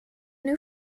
new